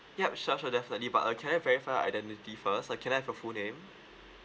yup sure sure definitely but uh can I verify your identity first uh can I have your full name